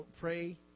pray